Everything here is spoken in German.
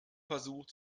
versucht